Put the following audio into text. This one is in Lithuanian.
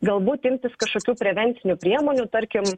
galbūt imtis kažkokių prevencinių priemonių tarkim